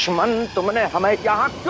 one who made ah